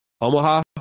omaha